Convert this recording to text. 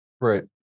Right